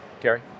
Gary